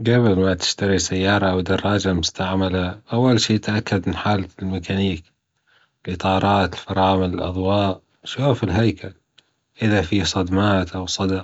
جبل ما تشتري سيارة أو دراجة مستعملة أول شي تأكد من حالة الميكانيك، الإطارات، الفرامل، الأضواء، شوف الهيكل، إذا في صدمات أو صدى،